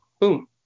boom